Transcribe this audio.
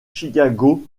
chicago